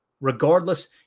regardless –